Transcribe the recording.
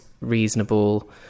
reasonable